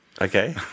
Okay